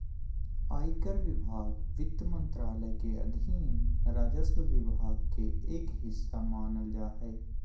आयकर विभाग वित्त मंत्रालय के अधीन राजस्व विभाग के एक हिस्सा मानल जा हय